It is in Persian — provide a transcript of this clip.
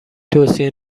توصیه